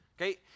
Okay